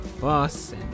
bus